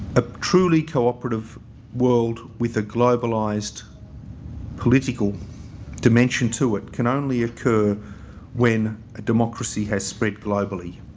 a truly collaborative world with a globalised political dimension to it can only occur when a democracy has spread globally.